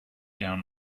down